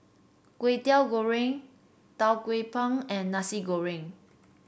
Kway Teow Goreng Tau Kwa Pau and Nasi Goreng